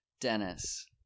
Dennis